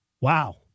Wow